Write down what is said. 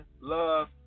Love